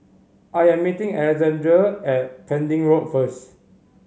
I am meeting Alexande at Pending Road first